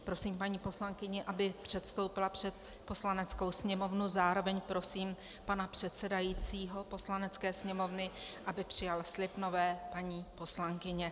Prosím paní poslankyni, aby předstoupila před Poslaneckou sněmovnu, zároveň prosím pana předsedajícího Poslanecké sněmovny, aby přijal slib nové paní poslankyně.